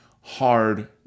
hard